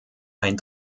ein